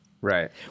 right